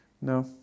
no